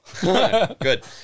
Good